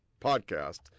podcast